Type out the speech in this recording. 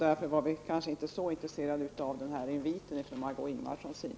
Därför var vi kanske inte så intresserade av den här inviten från Margó Ingvardsson.